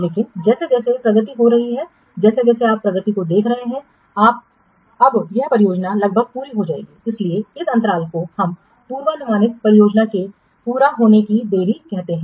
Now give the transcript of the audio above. लेकिन जैसे जैसे प्रगति हो रही है जैसे जैसे आप प्रगति को देख रहे हैं अब यह परियोजना लगभग पूरी हो जाएगी इसलिए इस अंतराल को हम पूर्वानुमानित परियोजना के पूरा होने में देरी कहते हैं